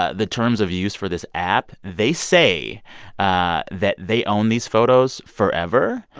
ah the terms of use for this app. they say ah that they own these photos forever.